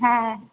হ্যাঁ